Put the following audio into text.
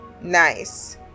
Nice